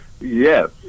yes